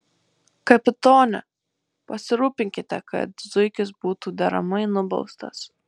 kapitone pasirūpinkite kad zuikis būtų deramai nubaustas